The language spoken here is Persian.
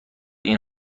این